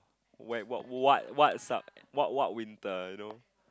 where what what what sub what what winter you know